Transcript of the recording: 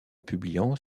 publiant